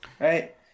Right